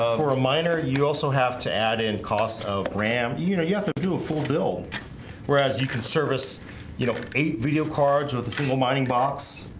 or a minor you also have to add in cost of ram. you know you have to to do a full bill whereas you can service you know eight video cards with a single mining box?